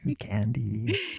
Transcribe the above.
Candy